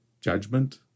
judgment